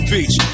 Beach